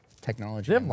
technology